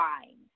find